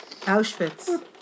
Auschwitz